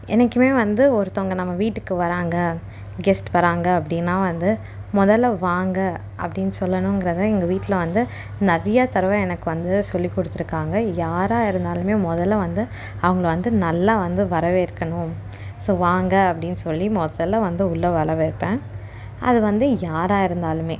என்றைக்குமே வந்து ஒருத்தவங்க நம்ம வீட்டுக்கு வராங்க கெஸ்ட் வராங்க அப்படின்னா வந்து முதல்ல வாங்க அப்படின்னு சொல்லணுங்கிறத எங்கள் வீட்டில் வந்து நிறைய தடவ எனக்கு வந்து சொல்லிக் கொடுத்துருக்காங்க யாராக இருந்தாலுமே முதல்ல வந்து அவங்கள வந்து நல்லா வந்து வரவேற்கணும் ஸோ வாங்க அப்படின் சொல்லி முதல்ல வந்து உள்ளே வரவேற்பேன் அது வந்து யாராக இருந்தாலுமே